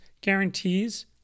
guarantees